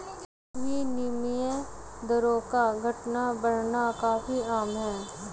विनिमय दरों का घटना बढ़ना काफी आम है